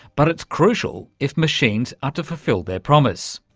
but it's crucial if machines are to fulfil their promise.